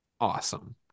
awesome